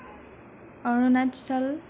Arunachal